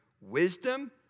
wisdom